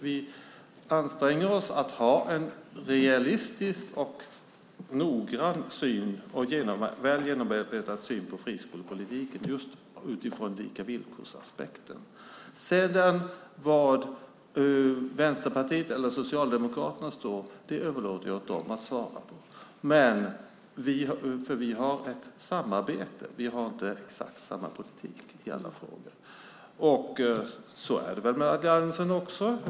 Vi anstränger oss att ha en realistisk, noggrann och väl genomarbetad syn på friskolepolitiken just utifrån aspekten lika villkor. Var Vänsterpartiet eller Socialdemokraterna står överlåter jag åt dem att svara på. Vi har ett samarbete, inte exakt samma politik, i alla frågor. Så är det väl med alliansen också.